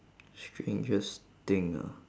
strangest thing ah